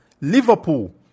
Liverpool